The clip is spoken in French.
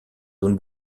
zones